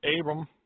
Abram